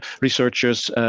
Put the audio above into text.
researchers